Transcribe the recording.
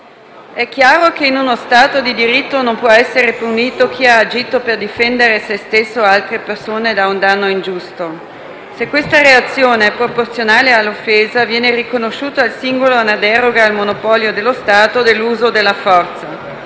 è chiaro che in uno Stato di diritto non può essere punito chi ha agito per difendere sé stesso o altre persone da un danno ingiusto. Se questa reazione è proporzionale all'offesa, viene riconosciuta al singolo una deroga al monopolio dello Stato dell'uso della forza.